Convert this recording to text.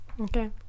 Okay